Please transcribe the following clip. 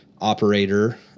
operator